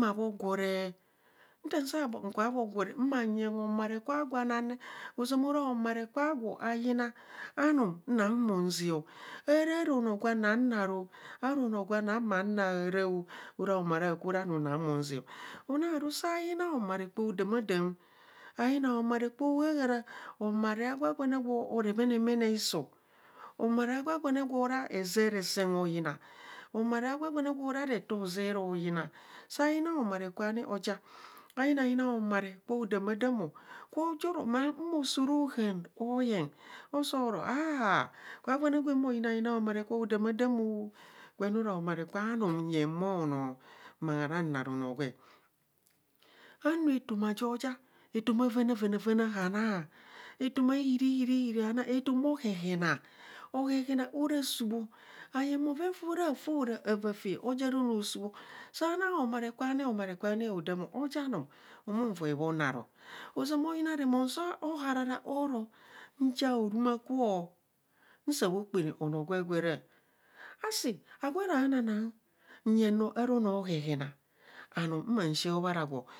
ma bho gworee nta sa kubho bho gworee re mong yeng homare kwa gwa nan re ozama ora homare kwa agwo a yina anum na humo nzaa arara anoo gwa na naaro ara anoo gwa no man naa arao ara emare aakwo re anum na humo azaa anas ru sayina homare kwa odamasdam ayina homare kwa hohara, homare gwagwane gwo ra heezere sen hoyina. homare a gwageane gwo ra reto hozere hoyina, sayina homare kwa ni aja ayina yina homare kwa hodamaadam o gwo jap oro opoo ra ohaan o yeng soo ro ah gwa gwa ne hwem ayina yina homare kwa odomadam o. gwen ne ora homare kwa onum nyeng mo noo. ma hara naa onoo gwee, anu etoma jo ja etoma vaana vaana vaana haana etoma hiri hiri hiri hanaa, etoma ohehena hanaa, ohehena ara subho, ayeng bhaven too ara foo hora avaa taa oja araa anoo subho homera kwa ni hao dam oja nym humuovoi bho naa ro ozama ayina reman sro harara aro nja haruma kuro. nsaa bho kpana anro gwa gwa rạạ asi agwo arana nang nyeng nro ara anoo ohehena anum ma shi hebob are gwo